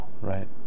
Right